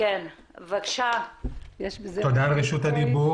תודה על רשות הדיבור.